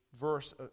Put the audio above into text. verse